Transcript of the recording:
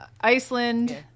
Iceland